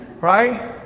Right